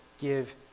give